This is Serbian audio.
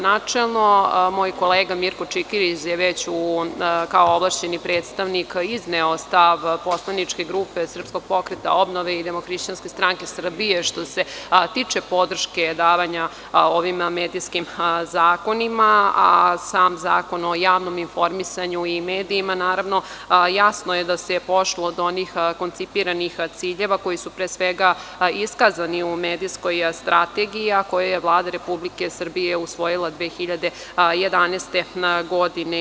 Načelno, moj kolega Mirko Čikiriz je već, kao ovlašćeni predstavnik izneo stav poslaničke grupe SPO DHSS što se tiče podrške davanja ovim medijskim zakonima, a sam zakon o javnom informisanju i medijima naravno, jasno je da se pošlo od onih koncipiranih ciljeva koji su, pre svega, iskazani u medijskoj strategiji, a koje je Vlada Republike Srbije usvojila 2011. godine.